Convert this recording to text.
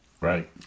Right